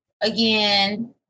again